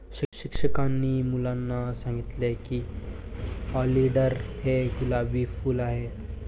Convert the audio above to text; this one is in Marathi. शिक्षकांनी मुलांना सांगितले की ऑलिंडर हे गुलाबी फूल आहे